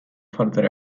further